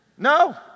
No